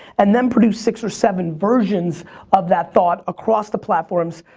and then produce six or seven versions of that thought across the platforms,